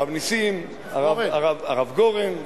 הרב נסים -- הרב גורן.